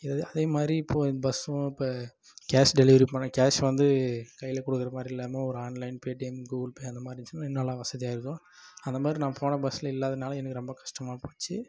அதே மாதிரி இப்போது பஸ்ஸும் இப்போ கேஷ் டெலிவரி பண்ண கேஷ் வந்து கையில் கொடுக்குற மாதிரி இல்லாமல் ஒரு ஆன்லைன் பேடிஎம் கூகுள் பே அந்த மாதிரி இருந்துச்சுன்னா இன்னும் நல்லா வசதியாக இருக்கும் அந்த மாதிரி நான் போன பஸ்சில் இல்லாதனால் எனக்கு ரொம்ப கஷ்டமாக போச்சு